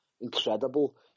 Incredible